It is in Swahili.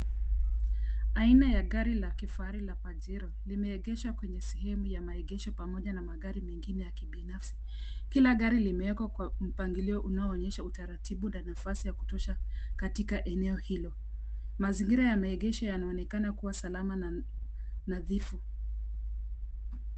Aina ya gari la kifahari la pajero limeegeshwa kwenye sehemu ya maegesho pamoja na magari mengine ya kibinafsi. Kila gari limewekwa kwa mpangilio unaoonyesga utaratibu na nafasi ya kutosha katika eneo hilo. Mazingira ya maegesho yanaonekana kuwa salama na nadhifu.